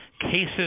cases